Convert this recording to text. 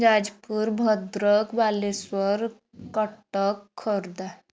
Jajpur Bhadrak Baleswar Cuttack Khordha